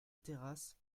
terrasse